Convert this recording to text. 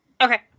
Okay